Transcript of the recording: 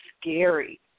scary